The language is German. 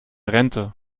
rente